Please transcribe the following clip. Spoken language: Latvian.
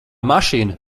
mašīna